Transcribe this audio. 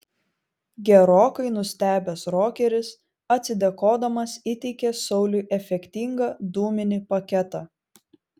gerokai nustebęs rokeris atsidėkodamas įteikė sauliui efektingą dūminį paketą